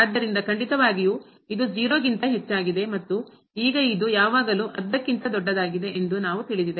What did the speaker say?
ಆದ್ದರಿಂದ ಖಂಡಿತವಾಗಿಯೂ ಇದು 0 ಗಿಂತ ಹೆಚ್ಚಾಗಿದೆ ಮತ್ತು ಈಗ ಇದು ಯಾವಾಗಲೂ ಅರ್ಧಕ್ಕಿಂತ ದೊಡ್ಡದಾಗಿದೆ ಎಂದು ನಮಗೆ ತಿಳಿದಿದೆ